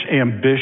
ambition